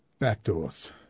backdoors